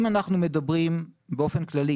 אם אנחנו מדברים באופן כללי